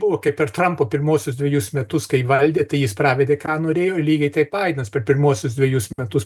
buvo kai per trampo pirmuosius dvejus metus kai valdė tai jis pravedė ką norėjo lygiai taip baidenas per pirmuosius dvejus metus